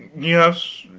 yes,